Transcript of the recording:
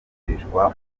byifashishwa